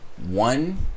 one